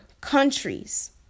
countries